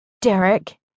Derek